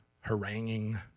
haranguing